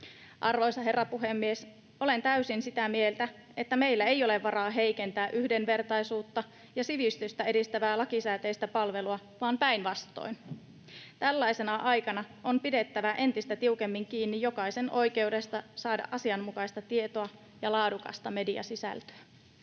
Arvoisa herra puhemies! Olen täysin sitä mieltä, että meillä ei ole varaa heikentää yhdenvertaisuutta ja sivistystä edistävää lakisääteistä palvelua, vaan päinvastoin. Tällaisena aikana on pidettävä entistä tiukemmin kiinni jokaisen oikeudesta saada asianmukaista tietoa ja laadukasta mediasisältöä.